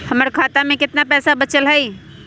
हमर खाता में केतना पैसा बचल हई?